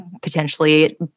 potentially